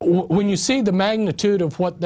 when you see the magnitude of what